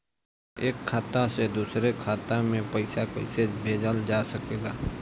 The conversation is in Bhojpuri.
एक खाता से दूसरे खाता मे पइसा कईसे भेजल जा सकेला?